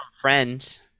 Friends